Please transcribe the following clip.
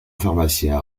pharmacien